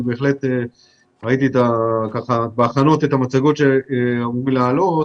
ראיתי את המצגות שאמורות לעלות,